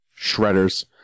Shredders